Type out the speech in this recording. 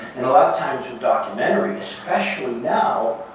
and a lot of times, with documentaries, especially now,